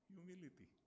Humility